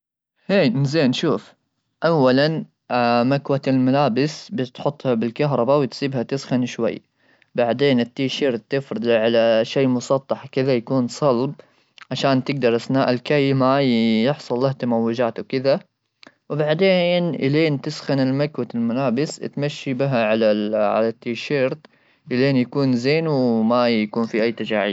هاي زين شوف اولا مكواه الملابس بتحطها بالكهرباء وتصيبها تسخن شوي بعدين التيشيرت تفرض على شيء مسطح كذا يكون صلب عشان تقدر اثناء الكيه يحصل له تموجات وكذا, وبعدين الين تسخن المكواه الملابس تمشي بها على التيشيرت الين يكون زين وما يكون في اي تجاعيد.